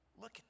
look